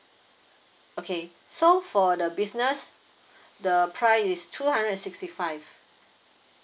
okay so for the business the price is two hundred and sixty five